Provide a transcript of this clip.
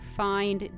find